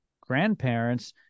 grandparents